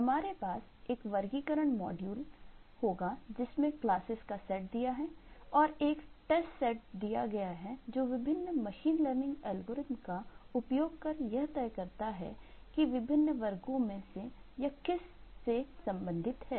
हमारे पास एक वर्गीकरण मॉड्यूल दिया गया है जो विभिन्न मशीन लर्निंग एल्गोरिदम का उपयोग कर यह तय कर सकता है कि विभिन्न वर्गों में से यह किस से संबंधित है